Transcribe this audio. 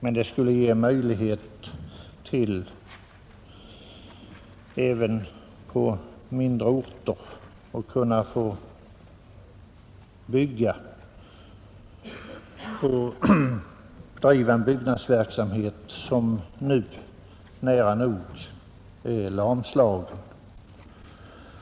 Det skulle däremot ge möjlighet att åter bedriva byggnadsverksamhet även på mindre orter, där den för närvarande är nära nog lamslagen.